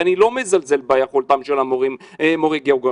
ואני לא מזלזל ביכולתם של המורים לגיאוגרפיה.